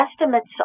estimates